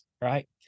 right